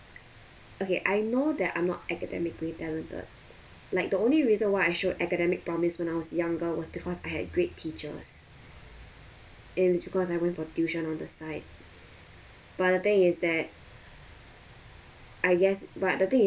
okay I know that I'm not academically talented like the only reason why I showed academic promise when I was younger was because I had great teachers it was because I went for tuition on the side but the thing is that I guess but the thing is